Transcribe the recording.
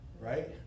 right